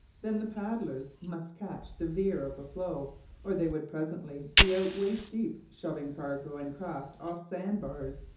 then the paddlers must catch the veer of the flow or they would presently be out waist-deep shoving cargo and craft off sand bars.